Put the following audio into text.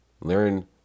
Learn